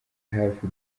hafi